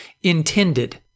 intended